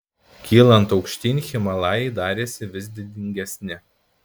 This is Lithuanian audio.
kylant aukštyn himalajai darėsi vis didingesni